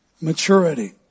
maturity